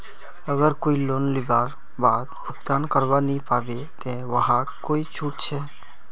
अगर कोई लोन लुबार बाद भुगतान करवा नी पाबे ते वहाक कोई छुट छे?